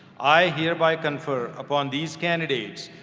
i hereby confer upon these candidates,